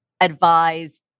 advise